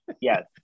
yes